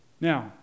Now